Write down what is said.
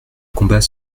combat